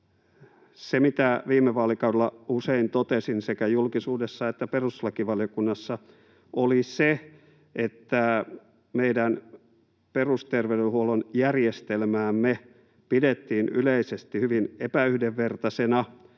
Se, mitä viime vaalikaudella usein totesin sekä julkisuudessa että perustuslakivaliokunnassa, oli se, että meidän perusterveydenhuollon järjestelmäämme pidettiin yleisesti hyvin epäyhdenvertaisena,